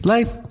Life